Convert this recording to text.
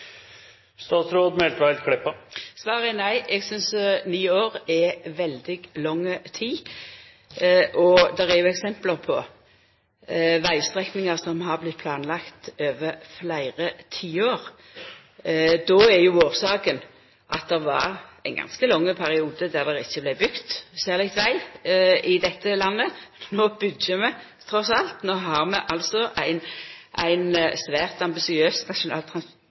er nei. Eg synest ni år er veldig lang tid, og det er jo òg eksempel på vegstrekningar som har vorte planlagde over fleire tiår. Årsaka er jo at det var ein ganske lang periode då det ikkje vart bygt noko særleg med veg i dette landet. No byggjer vi trass alt. No har vi altså ein svært ambisiøs nasjonal